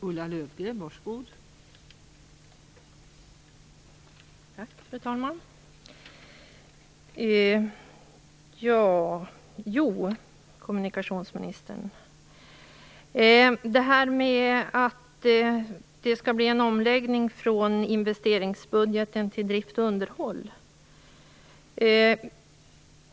Fru talman! Jag vill, kommunikationsministern, kommentera detta att det skall bli en omläggning från investeringsbudgeten till drift och underhåll.